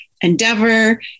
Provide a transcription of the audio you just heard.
endeavor